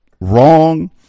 wrong